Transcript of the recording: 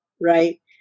right